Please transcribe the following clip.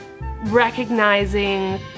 recognizing